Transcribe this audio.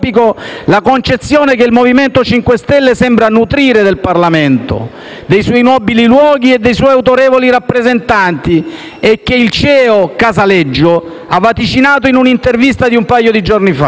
la concezione che il MoVimento 5 Stelle sembra nutrire del Parlamento, dei suoi nobili luoghi e dei suoi autorevoli rappresentanti, e che il CEO, Casaleggio, ha vaticinato in un'intervista di un paio di giorni fa.